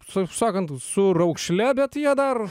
saip sakant su raukšle bet jie dar